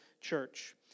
church